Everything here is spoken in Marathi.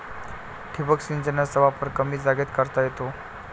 ठिबक सिंचनाचा वापर कमी जागेत करता येतो